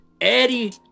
Eddie